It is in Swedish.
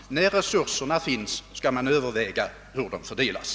När resurserna finns, skall man överväga hur de bör fördelas,